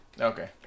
Okay